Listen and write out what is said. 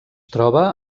troba